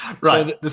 Right